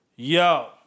Yo